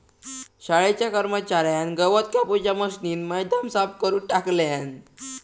शाळेच्या कर्मच्यार्यान गवत कापूच्या मशीनीन मैदान साफ करून टाकल्यान